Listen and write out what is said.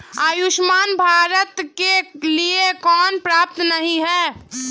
आयुष्मान भारत के लिए कौन पात्र नहीं है?